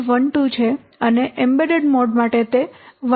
12 છે અને embedded mode માટે તે 1